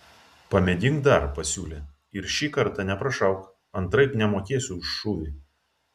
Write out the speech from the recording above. pamėgink dar pasiūlė ir šį kartą neprašauk antraip nemokėsiu už šūvį